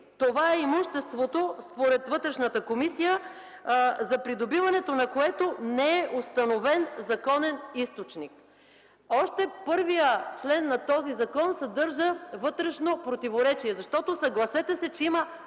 това е имуществото, според Вътрешната комисия, за придобиването на което не е установен законен източник. Още първият член на този закон съдържа вътрешно противоречие. Съгласете се, че има